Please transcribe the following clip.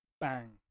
Bang